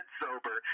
sober